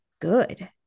good